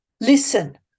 listen